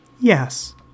Yes